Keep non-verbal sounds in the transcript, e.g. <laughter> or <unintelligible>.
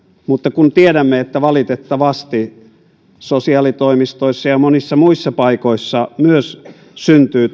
mutta kun tiedämme että valitettavasti sosiaalitoimistoissa ja monissa muissa paikoissa myös syntyy <unintelligible>